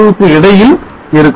க்கு இடையில் இருக்கும்